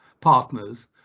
partners